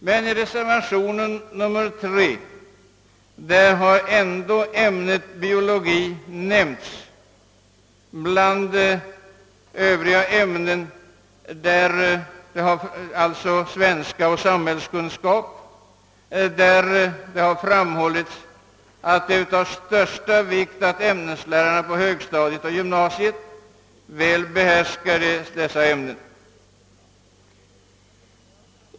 Men i reservationen nr 4 har ändock ämnet biologi liksom också svenska och samhällskunskap nämnts. Det framhålles i reservationen att det är av största vikt att ämneslärarna på högstadiet och gymnasiet väl behärskar dessa ämnen.